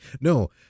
No